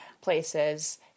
places